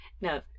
No